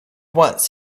once